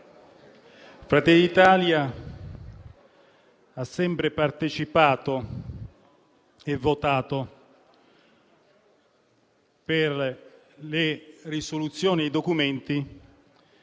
Fratelli d'Italia ha sempre partecipato alle votazioni delle risoluzioni e dei documenti